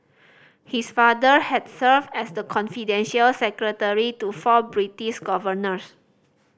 his father had served as the confidential secretary to four British governors